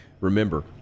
Remember